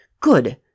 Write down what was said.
Good